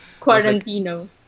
Quarantino